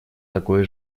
такое